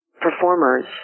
performers